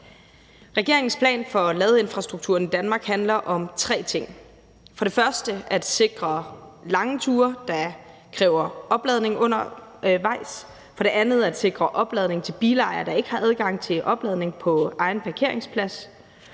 Regeringens plan for ladeinfrastrukturen i Danmark handler om tre ting: for det første at sikre lange ture, der kræver opladning undervejs, for det andet at sikre opladning til bilejere, der ikke har adgang til opladning på egen parkeringsplads,